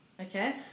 Okay